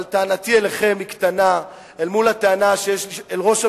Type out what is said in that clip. אבל טענתי אליכם היא קטנה אל מול הטענה שיש לי אל ראש הממשלה,